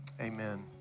amen